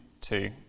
two